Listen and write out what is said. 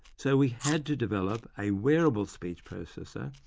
so we had to develop a wearable speech processor,